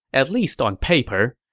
at least on paper.